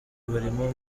barimo